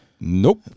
Nope